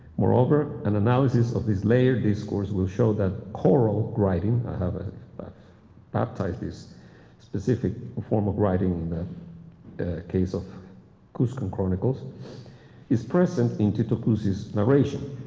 moreover, an analysis of this later discourse will show that choral writing i haven't baptized this specific form of writing in the case of cuscan chronicles is present in titu cuzi's narration.